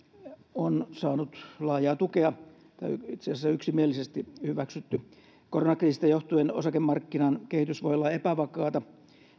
on saanut laajaa tukea itse asiassa yksimielisesti hyväksytty koronakriisistä johtuen osakemarkkinan kehitys voi olla epävakaata